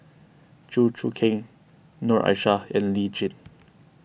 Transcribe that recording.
Chew Choo Keng Noor Aishah and Lee Tjin